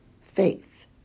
faith